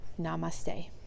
Namaste